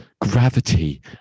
gravity